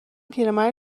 پیرمرده